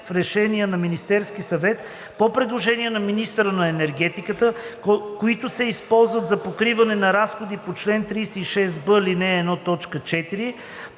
в решение на Министерския съвет, по предложение на министъра на енергетиката, които се използват за покриване на разходи по чл. 36б, ал. 1,